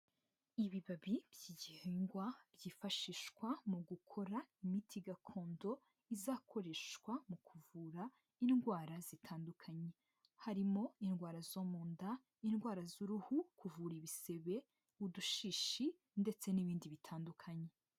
Ibibabi by'igihingwa byifashishwa mu gukora imiti gakondo, izakoreshwa mu kuvura indwara zitandukanye harimo indwara zo mu nda, indwara z'uruhu kuvura ibisebe, udushishi ndetse n'ibindi bitandukanye.